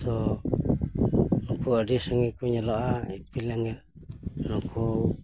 ᱛᱚ ᱱᱩᱠᱩ ᱟᱹᱰᱤ ᱥᱟᱸᱜᱤᱧ ᱠᱚ ᱧᱮᱞᱚᱜᱼᱟ ᱤᱯᱤᱞ ᱮᱸᱜᱮᱞ ᱱᱩᱠᱩ